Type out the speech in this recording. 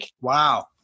Wow